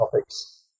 topics